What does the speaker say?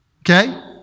Okay